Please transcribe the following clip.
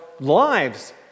lives